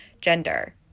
gender